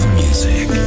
music